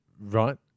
right